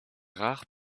rares